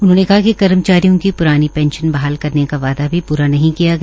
उन्होंने कहा कि कर्मचारियों की प्रानी पेंशन बहाल करने का वायदा भी प्रा नहीं किया गया